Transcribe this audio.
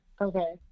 Okay